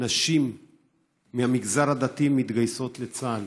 נשים מהמגזר הדתי מתגייסות לצה"ל,